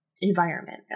environment